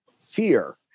fear